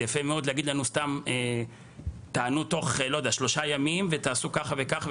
זה יפה מאוד להגיד לנו תענו תוך שלושה ימים ותעשו כך וכך,